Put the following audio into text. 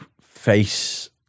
face